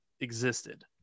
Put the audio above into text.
existed